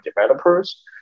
developers